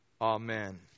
Amen